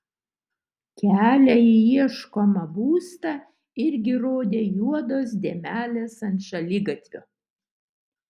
kelią į ieškomą būstą irgi rodė juodos dėmelės ant šaligatvio